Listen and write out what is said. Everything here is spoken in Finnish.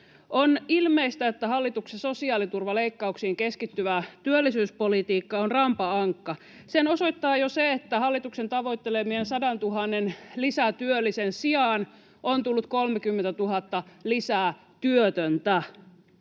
On ilmeistä, että hallituksen sosiaaliturvaleikkauksiin keskittyvä työllisyyspolitiikka on rampa ankka. Sen osoittaa jo se, että hallituksen tavoittelemien 100 000 lisätyöllisen sijaan on tullut 30 000 työtöntä